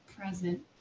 present